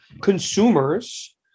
consumers